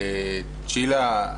צ'ילה,